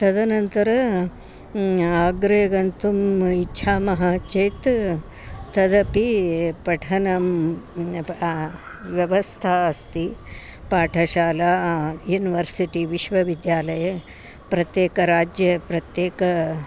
तदनन्तरम् अग्रे गन्तुम् इच्छामः चेत् तदपि पठनं व्यवस्था अस्ति पाठशाला युनिवर्सिटि विश्वविद्यालये प्रत्येकराज्ये प्रत्येकम्